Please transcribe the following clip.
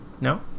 No